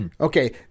Okay